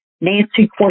Nancy